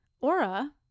Aura